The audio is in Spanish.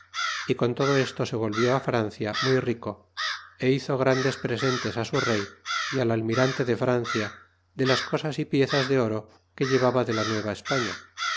y con todo esto se volvió francia muy rico éhizo grandes presentes á su rey al almirante de francia de las cosas piezas de oro que llevaba de la nueva españa